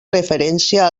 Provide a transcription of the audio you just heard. referència